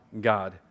God